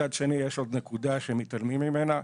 מצד שני יש עוד נקודה שמתעלמים ממנה,